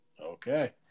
Okay